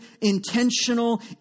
intentional